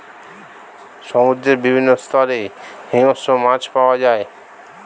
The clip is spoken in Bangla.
সমুদ্রের বিভিন্ন স্তরে হিংস্র মাছ পাওয়া যায়